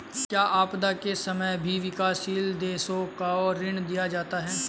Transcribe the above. क्या आपदा के समय भी विकासशील देशों को ऋण दिया जाता है?